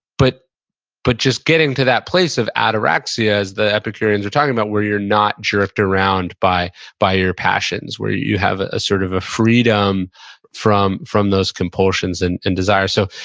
but but just getting to that place of ataraxia, as the epicureans were talking about, where you're not jerked around by by your passions. where you have a sort of ah freedom from from those compulsions and and desire. so,